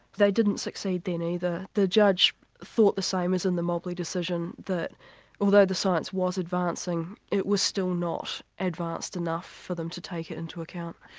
they didn't succeed then either. the the judge thought the same as in the mobley decision, that although the science was advancing, it was still not advanced enough for them to take it into account.